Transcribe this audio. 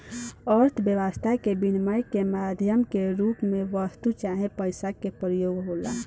अर्थव्यस्था में बिनिमय के माध्यम के रूप में वस्तु चाहे पईसा के प्रयोग होला